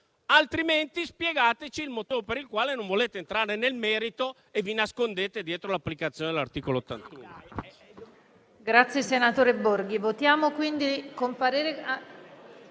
Altrimenti, spiegateci il motivo per il quale non volete entrare nel merito e vi nascondete dietro l'applicazione dell'articolo 81.